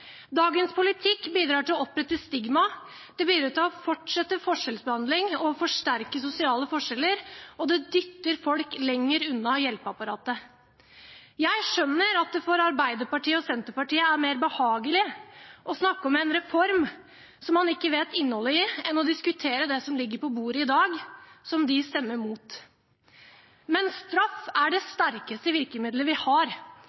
Dagens politikk bidrar til å opprette stigma, det bidrar til å fortsette forskjellsbehandling og forsterke sosiale forskjeller, og det dytter folk lenger unna hjelpeapparatet. Jeg skjønner at det for Arbeiderpartiet og Senterpartiet er mer behagelig å snakke om en reform som man ikke vet innholdet i, enn å diskutere det som ligger på bordet i dag, som de stemmer mot. Men straff er det sterkeste virkemiddelet vi har.